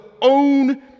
own